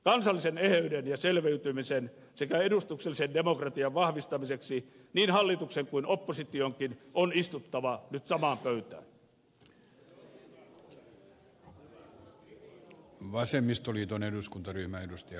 kansallisen eheyden ja selviytymisen sekä edustuksellisen demokratian vahvistamiseksi niin hallituksen kuin oppositionkin on istuttava nyt samaan pöytään